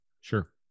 Sure